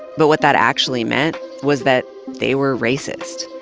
but what that actually meant was that they were racist.